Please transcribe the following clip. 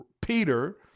Peter